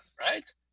right